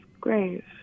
grave